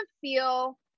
feel